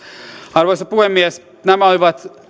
arvoisa puhemies nämä ovat